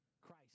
Christ